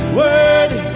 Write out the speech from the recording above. worthy